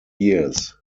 years